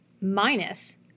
minus